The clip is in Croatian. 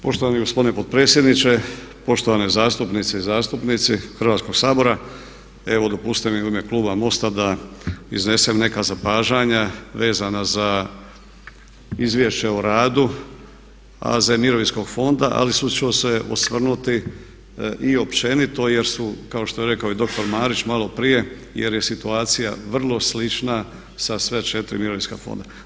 Poštovani gospodine potpredsjedniče, poštovane zastupnice i zastupnici Hrvatskog sabora evo dopustite mi u ime kluba MOST-a da iznesem neka zapažanja vezana za Izvješće o radu AZ mirovinskog fonda ali isključivo se osvrnuti i općenito jer su kao što je rekao i doktor Marić maloprije jer je situacija vrlo slična sa sva četiri mirovinska fonda.